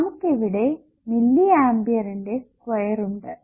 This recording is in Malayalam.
നമുക്ക് ഇവിടെ മില്ലി ആമ്പിന്റെ സ്ക്വയർ ഉണ്ട്